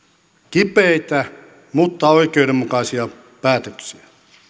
kipeitä mutta oikeudenmukaisia päätöksiä